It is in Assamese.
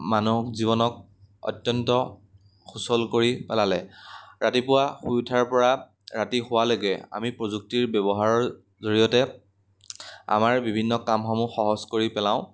মানুৱ জীৱনক অত্যন্ত সুচল কৰি পেলালে ৰাতিপুৱা শুই উঠাৰ পৰা ৰাতি শোৱালৈকে আমি প্ৰযুক্তিৰ ব্যৱহাৰৰ জৰিয়তে আমাৰ বিভিন্ন কামসমূহ সহজ কৰি পেলাওঁ